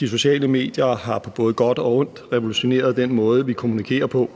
De sociale medier har på både godt og ondt revolutioneret den måde, vi kommunikerer på.